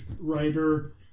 writer